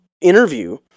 interview